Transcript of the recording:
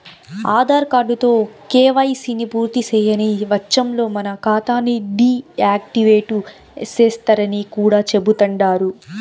ఆదార్ కార్డుతో కేవైసీని పూర్తిసేయని వచ్చంలో మన కాతాని డీ యాక్టివేటు సేస్తరని కూడా చెబుతండారు